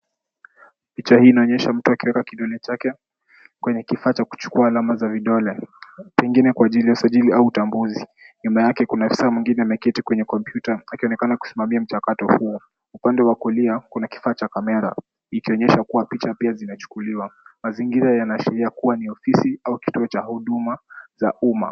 Picha hii inaonyesha mtu akiweka kidole chake kwenye kifaa cha kuchukua alama za vidole pengine kwa ajili usajili ama utambuzi nyuma yake kuna ofisaa mwengine ameketi kwenye kompyuta akionekana kusimamia mchakato huo upande wa kulia kuna kifaa cha kamera ikionyesha picha pia zinachukuliwa mazingira yanaashiria kua ni ofisi au kituo cha huduma za umma